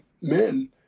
men